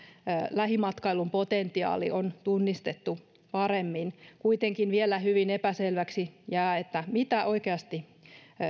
lähimatkailun potentiaali on tunnistettu paremmin kuitenkin vielä hyvin epäselväksi jää mitä oikeasti